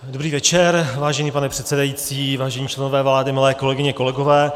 Dobrý večer, vážený pane předsedající, vážení členové vlády, milé kolegyně, kolegové.